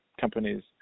companies